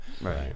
Right